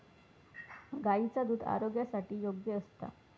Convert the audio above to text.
गायीचा दुध आरोग्यासाठी योग्य असता